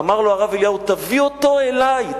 אמר לו הרב אליהו: תביא אותו אלי.